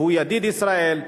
שהוא ידיד ישראל,